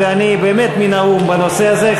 ואני באמת מן האו"ם בנושא הזה.